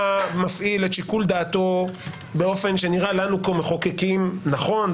אם בית המשפט היה מפעיל את שיקול דעתו באופן שנראה לנו כמחוקקים נכון,